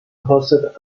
hosted